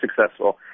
successful